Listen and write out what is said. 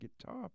guitar